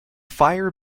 fire